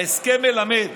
ההסכם מלמד